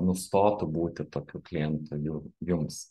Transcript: nustotų būti tokiu klientu ju jums